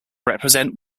represent